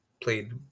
played